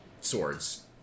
swords